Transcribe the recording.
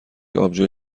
آبجو